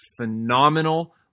phenomenal